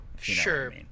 sure